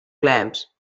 clamps